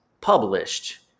published